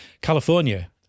California